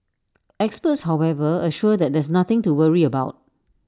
experts however assure that there's nothing to worry about